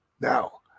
now